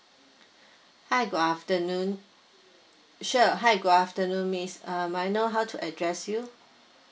hi good afternoon sure hi good afternoon miss um may I know how to address you